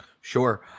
Sure